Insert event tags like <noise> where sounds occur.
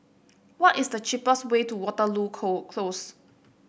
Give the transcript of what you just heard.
what is the cheapest way to Waterloo <unintelligible> Close